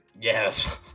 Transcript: yes